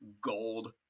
gold